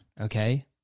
okay